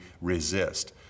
resist